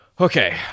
Okay